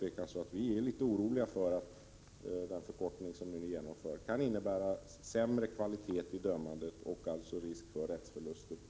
Vi är utan tvivel oroliga för att den förkortning som ni nu inför kan innebära sämre kvalitet i dömandet och alltså risk för rättsförluster.